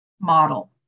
model